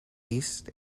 east